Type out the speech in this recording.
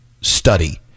study